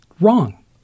wrong